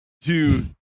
dude